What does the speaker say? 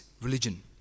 religion